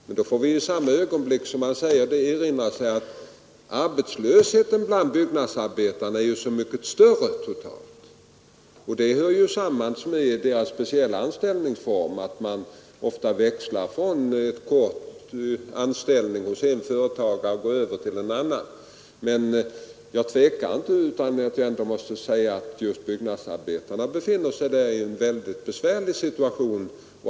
Men i samma ögonblick som man säger det får man erinra sig att arbetslösheten bland byggnadsarbetarna är så mycket större totalt sett. Det hör ju samman med deras speciella anställningsformer: att man ofta växlar från kortvarig anställning hos en företagare och går över till en annan. Jag tvekar emellertid inte att säga att just byggnadsarbetarna befinner sig i en väldigt besvärlig situation.